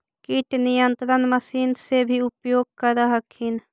किट नियन्त्रण मशिन से भी उपयोग कर हखिन?